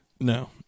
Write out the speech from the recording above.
No